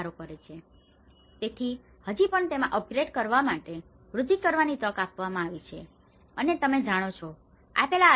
તેથી પરંતુ હજી પણ તેમાં અપગ્રેડ કરવા માટે વૃદ્ધિ કરવાની તક આપવામાં આવી છે અને તમે જાણો છો આપેલા આશ્રય સાથે